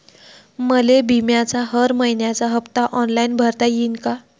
मले बिम्याचा हर मइन्याचा हप्ता ऑनलाईन भरता यीन का?